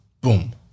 Boom